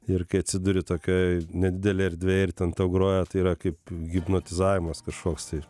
ir kai atsiduri tokioj nedidelėj erdvėj ir ten groja tai yra kaip hipnotizavimas kažkoks tai